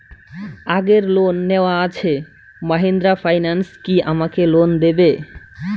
আগের লোন নেওয়া আছে মাহিন্দ্রা ফাইন্যান্স কি আমাকে লোন দেবে?